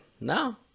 no